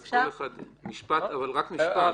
אבל רק משפט.